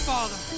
Father